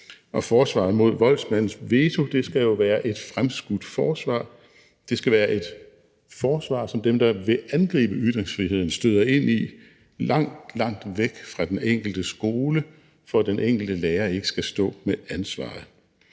og forsvaret mod voldsmandens veto skal være et fremskudt forsvar. Det skal være et forsvar, som dem, der vil angribe ytringsfriheden, støder ind i langt, langt væk fra den enkelte skole, for at den enkelte lærer ikke skal stå med ansvaret.